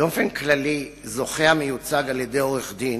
באופן כללי, זוכה המיוצג על-ידי עורך-דין